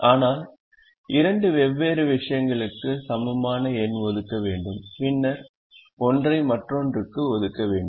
ஆனால் இரண்டு வெவ்வேறு விஷயங்களுக்கு சமமான எண் ஒதுக்க வேண்டும் பின்னர் ஒன்றை மற்றொன்றுக்கு ஒதுக்க வேண்டும்